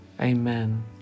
Amen